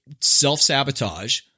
self-sabotage